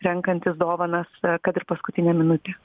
renkantis dovanas kad ir paskutinę minutę